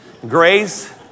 Grace